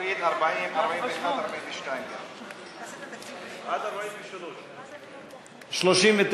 תוריד 40, 41, 42. 39,